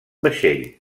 vaixell